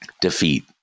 defeat